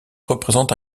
représente